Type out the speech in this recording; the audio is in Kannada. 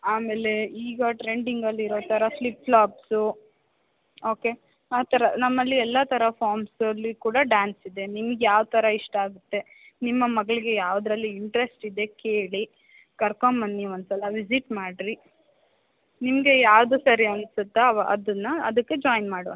ಆಮೇಲೆ ಈಗ ಟ್ರೆಂಡಿಂಗಲ್ಲಿ ಇರೊ ಥರ ಫ್ಲಿಪ್ಫ್ಲಾಪ್ಸು ಓಕೆ ಆ ಥರ ನಮ್ಮಲ್ಲಿ ಎಲ್ಲ ಥರ ಫಾರ್ಮಸಲ್ಲಿ ಕೂಡ ಡ್ಯಾನ್ಸ್ ಇದೆ ನಿಮಗ್ಯಾವ ಥರ ಇಷ್ಟ ಆಗುತ್ತೆ ನಿಮ್ಮ ಮಗಳಿಗೆ ಯಾವುದರಲ್ಲಿ ಇಂಟ್ರೆಸ್ಟ್ ಇದೆ ಕೇಳಿ ಕರ್ಕೊಂಬನ್ನಿ ಒಂದು ಸಲ ವಿಸಿಟ್ ಮಾಡಿರಿ ನಿಮಗೆ ಯಾವುದು ಸರಿ ಅನಿಸತ್ತಾ ಅವ ಅದನ್ನು ಅದಕ್ಕೆ ಜಾಯಿನ್ ಮಾಡುವ